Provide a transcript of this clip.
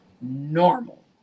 normal